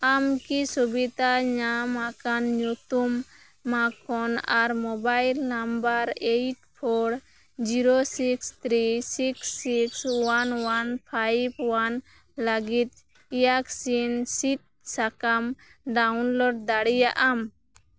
ᱟᱢ ᱠᱤ ᱥᱩᱵᱤᱫᱟ ᱧᱟᱢᱟᱠᱟᱱ ᱧᱩᱛᱩᱢ ᱢᱟᱠᱚᱱ ᱟᱨ mobile number eight four zero six three six six one one five one ᱞᱟᱹᱜᱤᱫ ᱮᱭᱟᱠᱥᱤᱱ ᱥᱤᱫ ᱥᱟᱠᱟᱢ ᱰᱟᱭᱩᱱᱞᱳᱰ ᱫᱟᱲᱮᱭᱟᱜᱼᱟᱢ